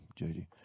JD